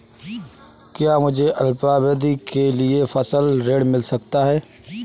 क्या मुझे अल्पावधि के लिए फसल ऋण मिल सकता है?